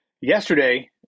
yesterday